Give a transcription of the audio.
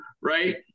right